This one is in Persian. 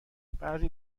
بعضی